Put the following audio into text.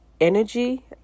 energy